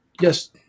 yes